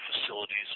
facilities